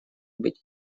быть